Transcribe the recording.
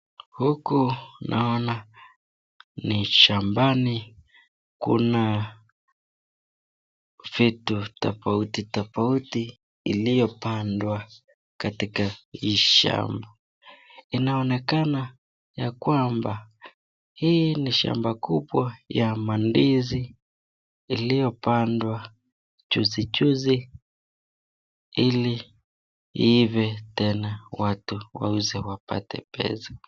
Huku naona ni shambani , kuna vitu tofauti tofauti iliyopandwa katika hii shamba . Inaonekana ya kwamba hii ni shamba kubwa ya mandizi, iliyo pandwa juzi juzi ili iive tena watu wauze wapate pesa.